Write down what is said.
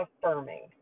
affirming